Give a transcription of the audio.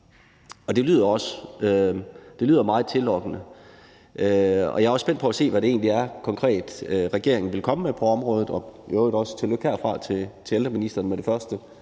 og det lyder meget tillokkende, og jeg er også spændt på at se, hvad det egentlig konkret er, regeringen vil komme med på området – og øvrigt også tillykke herfra til ældreministeren med det første